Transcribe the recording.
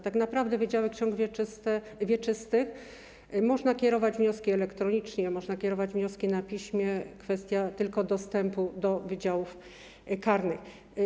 Tak naprawdę jeśli chodzi o wydziały ksiąg wieczystych, można kierować wnioski elektronicznie, można kierować wnioski na piśmie, kwestia tylko dostępu do wydziałów karnych.